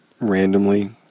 randomly